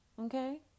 okay